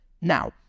now